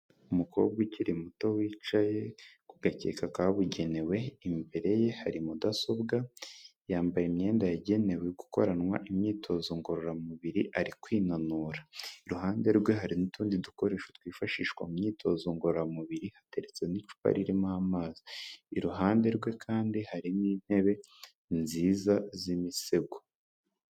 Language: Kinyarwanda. Umukobwa ukiri muto wicaye ku gakeka kabugenewe, imbere ye hari mudasobwa yambaye imyenda yagenewe gukoranwa imyitozo ngororamubiri ari kwinanura, iruhande rwe hari n'utundi dukoresho twifashishwa mu myitozo ngororamubiri, hateretse n'icupa ririmo amazi, iruhande rwe kandi hari n'intebe nziza z'imisego.